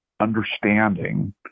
understanding